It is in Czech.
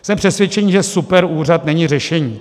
Jsme přesvědčeni, že superúřad není řešení.